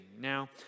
Now